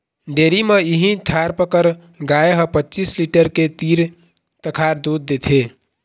dairy म इहीं थारपकर गाय ह पचीस लीटर के तीर तखार दूद देथे